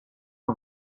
ore